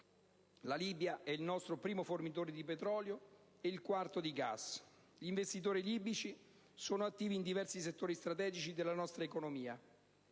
La Libia è il nostro primo fornitore di petrolio e il quarto di gas; gli investitori libici sono attivi in diversi settori strategici della nostra economia.